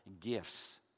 gifts